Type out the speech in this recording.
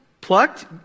plucked